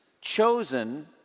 chosen